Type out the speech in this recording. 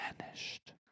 vanished